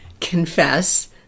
confess